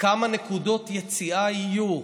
בכמה נקודות יציאה יהיו.